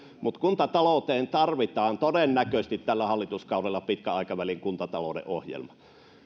mutta kuntatalouteen tarvitaan todennäköisesti tällä hallituskaudella pitkän aikavälin kuntatalouden ohjelma